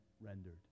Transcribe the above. rendered